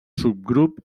subgrup